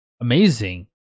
Amazing